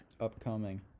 upcoming